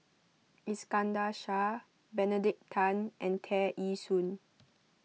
Iskandar Shah Benedict Tan and Tear Ee Soon